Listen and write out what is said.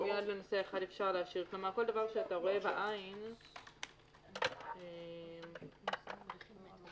כל דבר שאתה רואה בעין אפשר להשאיר.